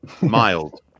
mild